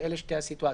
אלה שתי הסיטואציות.